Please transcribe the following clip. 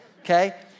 okay